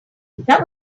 that